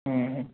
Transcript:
ହୁଁ